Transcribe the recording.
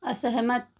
असहमत